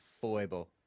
foible